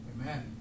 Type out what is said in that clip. Amen